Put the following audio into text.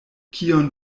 kion